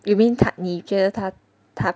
you mean 他你觉得他他